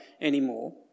anymore